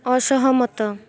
ଅସହମତ